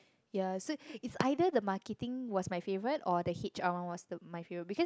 ya so it's either the marketing was my favourite or the H_R one was the my favourite because